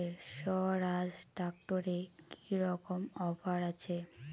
স্বরাজ ট্র্যাক্টরে কি রকম অফার আছে?